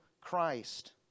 Christ